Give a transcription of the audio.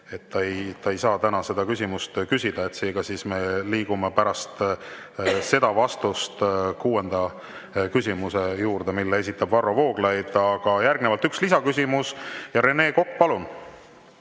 ta ei saa täna seda küsimust küsida. Seega me liigume pärast seda vastust kuuenda küsimuse juurde, mille esitab Varro Vooglaid. Aga järgnevalt üks lisaküsimus, Rene Kokk, palun!